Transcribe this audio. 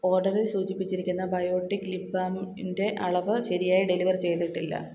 ഓർഡറിൽ സൂചിപ്പിച്ചിരിക്കുന്ന biotic lip ബാമിൻ്റെ അളവ് ശരിയായി ഡെലിവർ ചെയ്തിട്ടില്ല